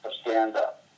stand-up